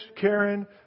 Karen